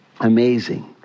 amazing